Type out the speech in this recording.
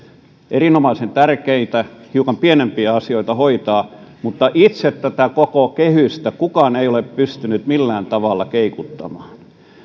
erinomaisen tärkeitä hiukan pienempiä asioita hoitaa mutta itse tätä koko kehystä kukaan ei ole pystynyt millään tavalla keikuttamaan